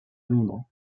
londres